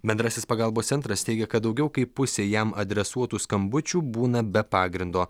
bendrasis pagalbos centras teigia kad daugiau kaip pusė jam adresuotų skambučių būna be pagrindo